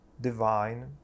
divine